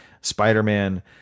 Spider-Man